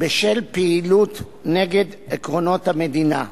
בשל פעילות נגד עקרונות המדינה.